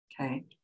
Okay